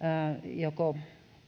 joko